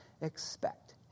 expect